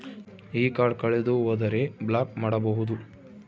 ಈ ಕಾರ್ಡ್ ಕಳೆದು ಹೋದರೆ ಬ್ಲಾಕ್ ಮಾಡಬಹುದು?